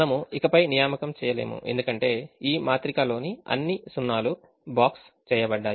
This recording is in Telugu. మనము ఇకపై నియామక చేయలేము ఎందుకంటే ఈ మాత్రికలోని అన్ని సున్నా లు బాక్స్ చేయబడ్డాయి